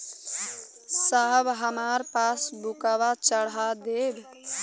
साहब हमार पासबुकवा चढ़ा देब?